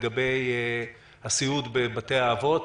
לגבי הסיעוד בבתי האבות.